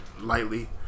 lightly